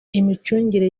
imicungire